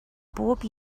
bob